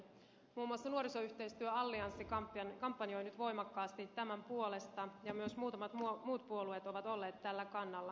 muun muassa nuorisoyhteistyö allianssi kampanjoi nyt voimakkaasti tämän puolesta ja myös muutamat muut puolueet ovat olleet tällä kannalla